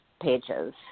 pages